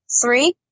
Three